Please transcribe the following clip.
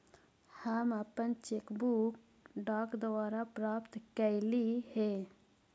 हम अपन cheque book डाक द्वारा प्राप्त कईली हे